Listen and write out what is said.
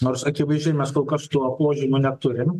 nors akivaizdžiai mes kol kas to požymio neturim